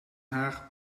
haar